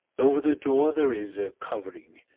over the door there is a covering,